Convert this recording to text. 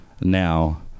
now